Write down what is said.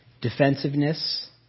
defensiveness